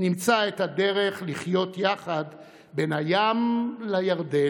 נמצא את הדרך לחיות פה יחד בין הים לירדן,